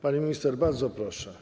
Pani minister, bardzo proszę.